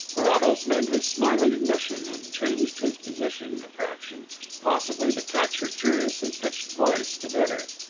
carrados made his smiling admission and changed his position a fraction possibly to catch her curiously pitched voice the better.